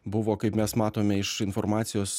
buvo kaip mes matome iš informacijos